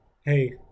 hey